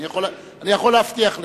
אני יכול להבטיח לך.